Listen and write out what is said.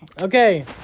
Okay